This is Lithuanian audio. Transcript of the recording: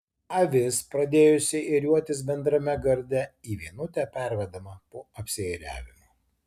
avis pradėjusi ėriuotis bendrame garde į vienutę pervedama po apsiėriavimo